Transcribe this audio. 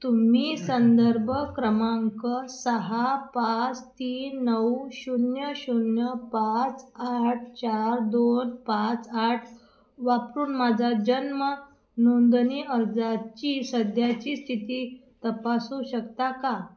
तुम्ही संदर्भ क्रमांक सहा पाच तीन नऊ शून्य शून्य पाच आठ चार दोन पाच आठ वापरून माझा जन्म नोंदणी अर्जाची सध्याची स्थिती तपासू शकता का